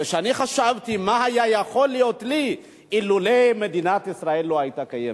כשאני חשבתי מה היה יכול להיות לי אילולא מדינת ישראל היתה קיימת,